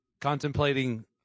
contemplating